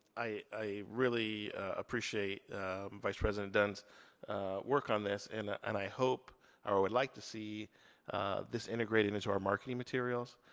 i i really appreciate vice president dunn's work on this. and i and hope, hope, or i would like to see this integrated into our marketing materials.